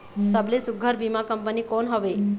सबले सुघ्घर बीमा कंपनी कोन हवे?